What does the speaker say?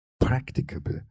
practicable